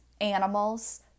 animals